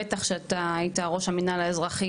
בטח שאתה היית ראש המינהל האזרחי,